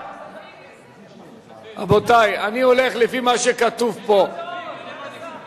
החברתי-כלכלי (תיקוני חקיקה) (דחיית תוספות לקצבאות ילדים),